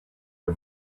are